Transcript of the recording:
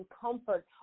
comfort